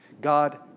God